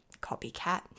copycat